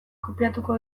kopiatuko